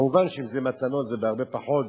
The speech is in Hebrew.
מובן שאם זה מתנות זה הרבה פחות,